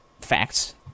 facts